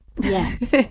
Yes